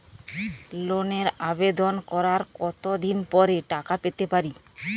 লোনের আবেদন করার কত দিন পরে টাকা পেতে পারি?